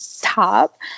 top